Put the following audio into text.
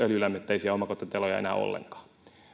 öljylämmitteisiä omakotitaloja käytännössä enää ollenkaan